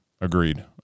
Agreed